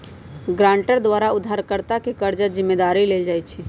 guarantor द्वारा उधारकर्ता के कर्जा के जिम्मदारी लेल जाइ छइ